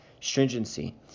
stringency